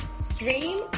Stream